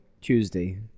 Tuesday